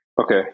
Okay